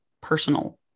personal